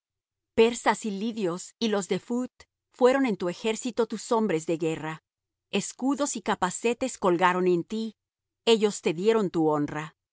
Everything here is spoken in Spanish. persas y lidios y los de phut fueron en tu ejército tus hombres de guerra escudos y capacetes colgaron en ti ellos te dieron tu honra